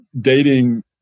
dating